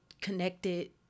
connected